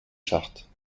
chartes